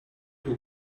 two